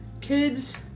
kids